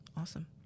awesome